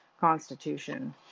Constitution